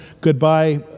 goodbye